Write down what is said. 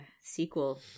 sequel